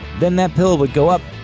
then that pill would go up.